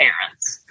parents